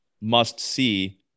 must-see